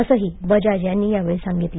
असंही बजाज यांनी यावेळी सांगितलं